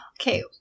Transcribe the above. Okay